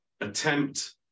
attempt